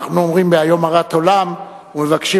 אנחנו אומרים ב"היום הרת עולם" ומבקשים